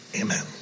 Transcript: Amen